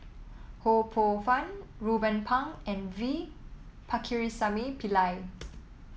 Ho Poh Fun Ruben Pang and V Pakirisamy Pillai